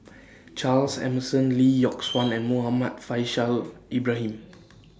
Charles Emmerson Lee Yock Suan and Muhammad Faishal Ibrahim